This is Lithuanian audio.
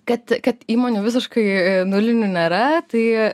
kad kad įmonių visiškai nulinių nėra tai